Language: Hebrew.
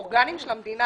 עבור אורגנים של המדינה.